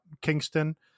Kingston